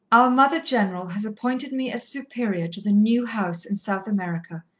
our mother-general has appointed me as superior to the new house in south america.